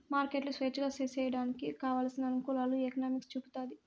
మార్కెట్లు స్వేచ్ఛగా సేసేయడానికి కావలసిన అనుకూలాలు ఈ ఎకనామిక్స్ చూపుతాది